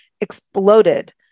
exploded